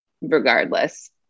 regardless